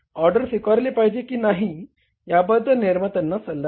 order स्वीकारले पाहिजे की नाही याबद्दल निर्मात्यांना सल्ला द्या